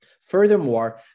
Furthermore